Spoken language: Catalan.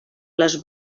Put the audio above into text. les